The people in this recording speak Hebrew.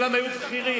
כולם היו בכירים,